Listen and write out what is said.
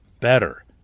better